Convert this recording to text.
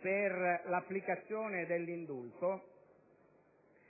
per l'applicazione dell'indulto